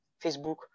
Facebook